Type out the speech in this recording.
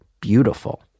beautiful